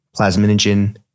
plasminogen